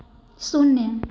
शून्य